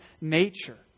nature